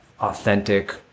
authentic